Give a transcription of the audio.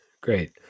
great